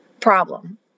problem